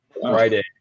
friday